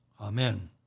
Amen